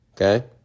Okay